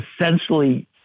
essentially